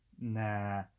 nah